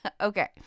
Okay